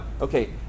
okay